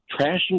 trashing